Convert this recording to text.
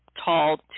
tall